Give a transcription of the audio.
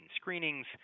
screenings